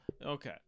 Okay